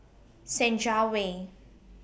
Senja Way